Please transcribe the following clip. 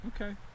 Okay